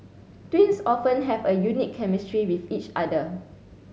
twins often have a unique chemistry with each other